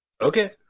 Okay